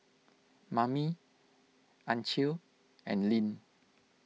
Mamie Ancil and Linn